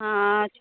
हाँ अ